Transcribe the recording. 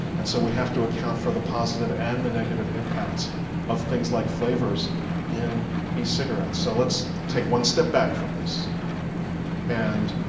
and so we have to account for the positive and the negative impacts of things like flavors in e-cigarettes. so let's take one step back from this and